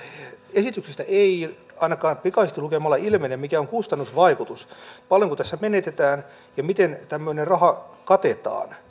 esityksestä ei ainakaan pikaisesti lukemalla ilmene mikä on kustannusvaikutus paljonko tässä menetetään ja miten tämmöinen raha katetaan